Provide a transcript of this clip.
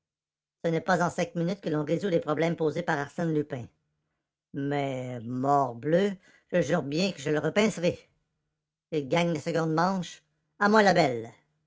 ce n'est pas en cinq minutes que l'on résoud les problèmes posés par arsène lupin mais morbleu je jure bien que je le repincerai il gagne la seconde manche à moi la belle